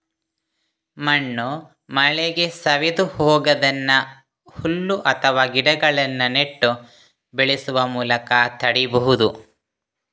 ಮಣ್ಣು ಮಳೆಗೆ ಸವೆದು ಹೋಗುದನ್ನ ಹುಲ್ಲು ಅಥವಾ ಗಿಡಗಳನ್ನ ನೆಟ್ಟು ಬೆಳೆಸುವ ಮೂಲಕ ತಡೀಬಹುದು